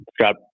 Got